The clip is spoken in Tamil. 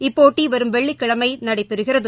இப்போட்டி வரும் வெள்ளிக்கிழமை நடைபெறுகிறது